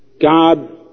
God